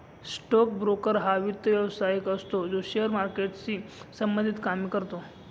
stock broker हा वित्त व्यवसायिक असतो जो शेअर मार्केटशी संबंधित कामे करतो